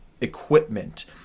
equipment